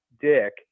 Dick